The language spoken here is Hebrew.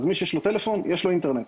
אז מי שיש לו טלפון יש לו אינטרנט,